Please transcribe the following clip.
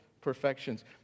perfections